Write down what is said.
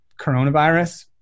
coronavirus